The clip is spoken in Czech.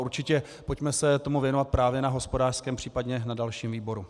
Určitě pojďme se tomu věnovat právě na hospodářském, případně na dalším výboru.